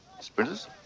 Sprinters